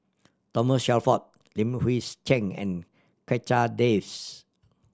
Thomas Shelford Li Hui's Cheng and Checha Davies